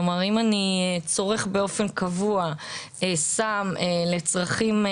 כלומר אם אני צורך באופן קבוע סם לצרכים,